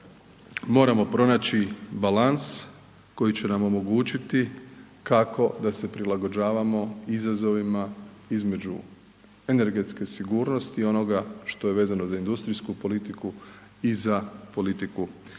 moramo pronaći balans koji će nam omogućiti kako da se prilagođavamo izazovima između energetske sigurnosti, onoga što je vezano za industrijsku politiku i za politiku prilagodbe